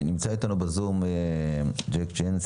נמצא איתנו בזום Jack Gance,